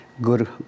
good